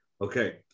Okay